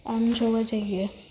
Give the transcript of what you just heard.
આમ જોવા જઈયે